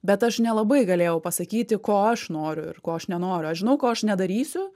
bet aš nelabai galėjau pasakyti ko aš noriu ir ko aš nenoriu aš žinau ko aš nedarysiu